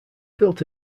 built